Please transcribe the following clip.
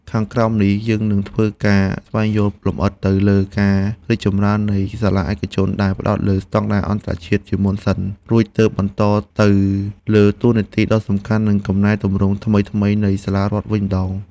ខាងក្រោមនេះ យើងនឹងធ្វើការស្វែងយល់លម្អិតទៅលើការរីកចម្រើននៃសាលាឯកជនដែលផ្ដោតលើស្ដង់ដារអន្តរជាតិជាមុនសិន រួចទើបបន្តទៅលើតួនាទីដ៏សំខាន់និងកំណែទម្រង់ថ្មីៗនៃសាលារដ្ឋវិញម្ដង។